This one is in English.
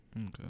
Okay